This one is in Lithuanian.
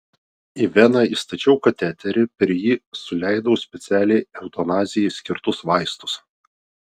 į veną įstačiau kateterį per jį suleidau specialiai eutanazijai skirtus vaistus